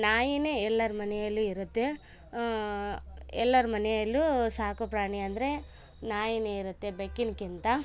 ನಾಯಿನೇ ಎಲ್ಲರ ಮನೆಯಲ್ಲಿ ಇರುತ್ತೆ ಎಲ್ಲರ ಮನೆಯಲ್ಲು ಸಾಕುಪ್ರಾಣಿ ಅಂದರೆ ನಾಯಿನೇ ಇರುತ್ತೆ ಬೆಕ್ಕಿನ್ಗಿಂತ